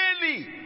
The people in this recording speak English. daily